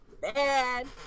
bad